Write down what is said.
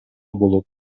болот